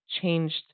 changed